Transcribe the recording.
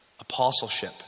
Apostleship